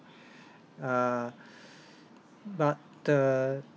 uh but the